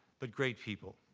but great people.